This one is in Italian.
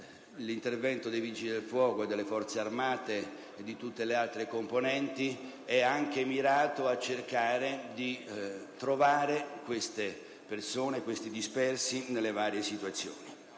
L'intervento dei Vigili del fuoco, delle Forze armate e di tutte le altre componenti è anche mirato a cercare di trovare queste persone disperse nelle varie situazioni.